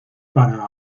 para